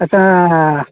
ᱟᱪᱪᱷᱟ